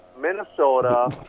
Minnesota